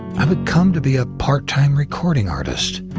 i would come to be a part-time recording artist,